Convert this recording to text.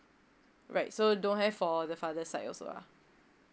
right so don't have for the father side also lah